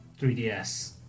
3DS